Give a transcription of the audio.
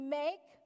make